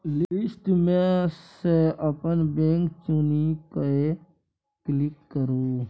list मे सँ अपन बैंक चुनि कए क्लिक करु